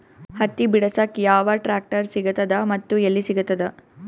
ಹತ್ತಿ ಬಿಡಸಕ್ ಯಾವ ಟ್ರಾಕ್ಟರ್ ಸಿಗತದ ಮತ್ತು ಎಲ್ಲಿ ಸಿಗತದ?